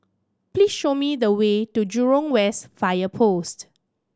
please show me the way to Jurong West Fire Post